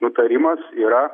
nutarimas yra